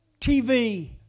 TV